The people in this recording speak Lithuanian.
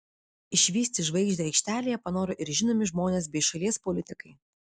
išvysti žvaigždę aikštelėje panoro ir žinomi žmonės bei šalies politikai